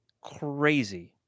crazy